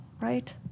right